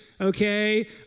okay